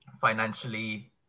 financially